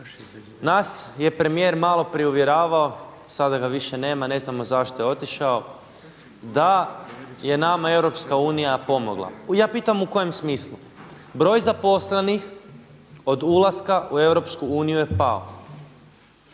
nas je premijer malo prije uvjeravao, sada ga više nema, ne znamo zašto je otišao, da je nama EU pomogla. Ja pitam u kojem smislu. Broj zaposlenih od ulaska u EU je pao.